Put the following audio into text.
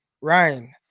Ryan